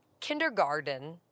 kindergarten